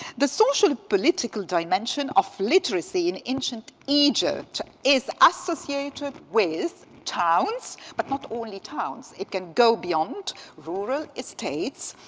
the social political dimension of literacy in ancient egypt is associated with towns, but not only towns. it can go beyond rural estates.